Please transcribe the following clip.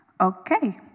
Okay